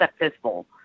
successful